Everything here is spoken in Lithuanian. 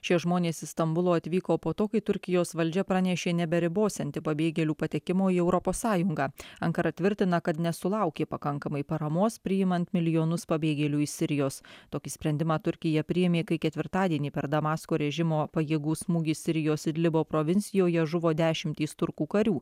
šie žmonės į stambulą atvyko po to kai turkijos valdžia pranešė neberibosianti pabėgėlių patekimo į europos sąjungą ankara tvirtina kad nesulaukė pakankamai paramos priimant milijonus pabėgėlių iš sirijos tokį sprendimą turkija priėmė kai ketvirtadienį per damasko režimo pajėgų smūgį sirijos idlibo provincijoje žuvo dešimtys turkų karių